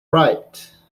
right